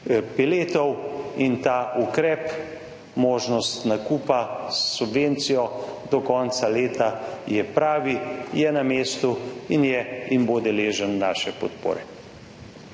peletov. In ta ukrep, možnost nakupa s subvencijo do konca leta je pravi, je na mestu in je in bo deležen naše podpore.